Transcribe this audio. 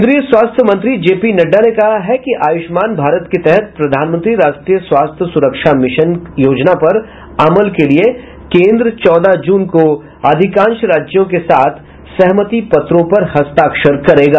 केन्द्रीय स्वास्थ्य मंत्री जे पी नड्डा ने कहा है कि आयुष्मान भारत के तहत प्रधानमंत्री राष्ट्रीय स्वास्थ्य सुरक्षा मिशन की योजना पर अमल के लिए केंद्र चौदह जून को अधिकांश राज्यों के साथ सहमति पत्रों पर हस्ताक्षर करेगा